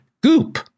Goop